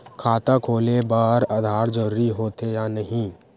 खाता खोले बार आधार जरूरी हो थे या नहीं?